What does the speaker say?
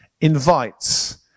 invites